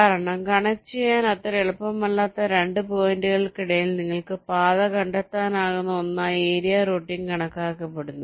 കാരണം കണക്റ്റുചെയ്യാൻ അത്ര എളുപ്പമല്ലാത്ത 2 പോയിന്റുകൾക്കിടയിൽ നിങ്ങൾക്ക് പാത കണ്ടെത്താനാകുന്ന ഒന്നായി ഏരിയ റൂട്ടിംഗ് കണക്കാക്കപ്പെടുന്നു